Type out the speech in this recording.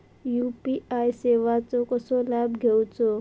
UPI सेवाचो कसो लाभ घेवचो?